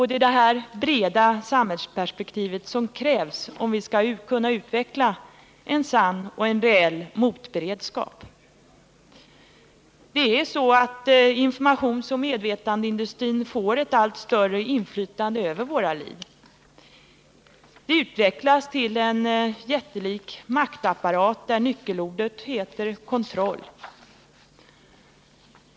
Det är emellertid detta breda samhällsperspektiv som krävs, om vi skall kunna utveckla en sann och en reell motberedskap. Informationsoch medvetandeindustrin får ett allt större inflytande över våra liv. Den utvecklas till en jättelik maktapparat, där nyckelordet heter kontroll.